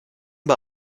bei